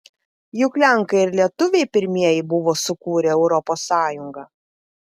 juk lenkai ir lietuviai pirmieji buvo sukūrę europos sąjungą